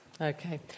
Okay